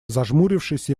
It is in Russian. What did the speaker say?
зажмурившись